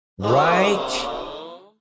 Right